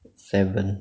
seven